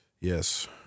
Yes